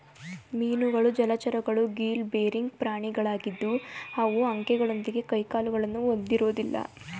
ಮೀನುಗಳು ಜಲಚರಗಳು gill bearing ಪ್ರಾಣಿಗಳಾಗಿದ್ದು ಅವು ಅಂಕೆಗಳೊಂದಿಗೆ ಕೈಕಾಲುಗಳನ್ನು ಹೊಂದಿರೋದಿಲ್ಲ